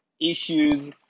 issues